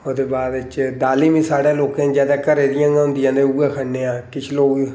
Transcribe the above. ओह्दे बाद बिच दालीं बी साढ़ें लोकें गी जैदा घरे दियां गै होंदियां ते ओह् ऐ खन्ने आं किश लोग